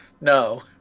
No